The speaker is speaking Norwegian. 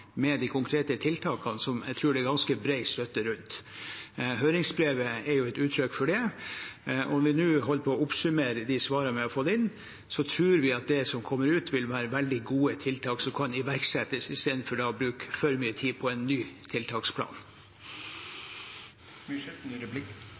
med de konkrete tiltakene, som jeg tror det er ganske bred støtte til. Høringsbrevet er jo et uttrykk for det. Vi holder nå på å oppsummere de svarene vi har fått inn, og vi tror at det som kommer ut, vil være veldig gode tiltak som kan iverksettes i stedet for at vi bruker for mye tid på en ny